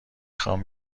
خوام